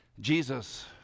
Jesus